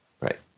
right